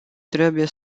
trebuie